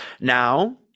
Now